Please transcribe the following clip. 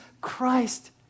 Christ